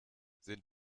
sind